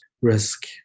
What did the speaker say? risk